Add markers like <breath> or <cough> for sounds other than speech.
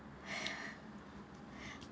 <breath>